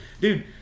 Dude